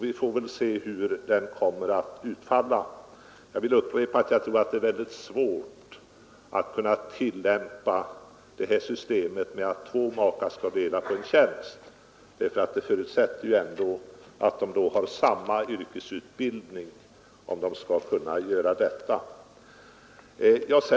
Vi får väl se hur den kommer att utfalla. Jag vill upprepa att jag tror att det är väldigt svårt att tillämpa systemet med att två makar skall dela på en tjänst. För att de skall kunna göra det är det ändå en förutsättning att de har samma yrkesutbildning.